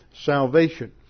salvation